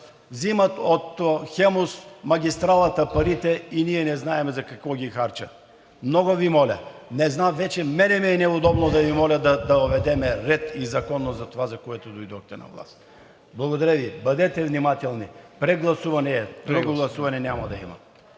Взимат парите от магистрала „Хемус“ и ние не знаем за какво ги харчат?! Много Ви моля, не знам, на мен вече ми е неудобно да Ви моля да въведем ред и законност в това, за което дойдохте на власт. Благодаря Ви. Бъдете внимателни! Прегласуване! Друго гласуване няма да има.